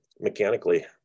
mechanically